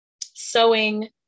sewing